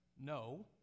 no